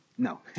No